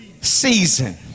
season